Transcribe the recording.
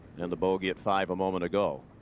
and the bogey at five a moment ago.